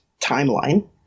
timeline